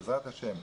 בעזרת השם,